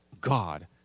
god